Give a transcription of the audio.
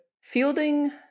fielding